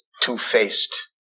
two-faced